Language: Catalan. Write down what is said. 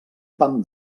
pam